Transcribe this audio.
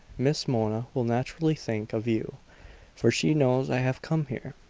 miss mona will naturally think of you for she knows i have come here!